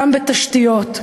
גם בתשתיות,